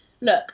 look